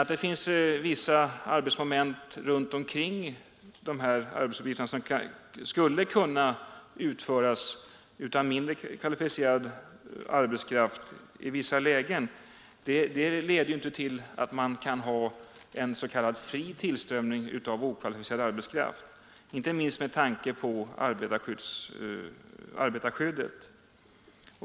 Att det sedan finns vissa arbetsmoment runt omkriny, dessa arbetsuppgifter som skulle kunna utföras av mindre kvalificerad arbetskraft i vissa lägen leder inte till att man kan ha en s.k. fri tillströmning av okvalificerad arbetskraft — inte minst med tanke på arbetarskyddet.